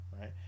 right